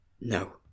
No